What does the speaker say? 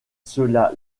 cela